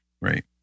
Right